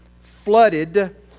flooded